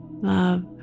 Love